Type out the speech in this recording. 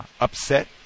upset